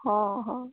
ହଁ ହଁ